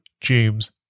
James